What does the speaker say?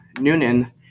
Noonan